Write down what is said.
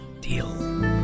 deal